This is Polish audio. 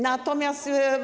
Natomiast.